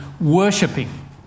worshipping